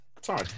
sorry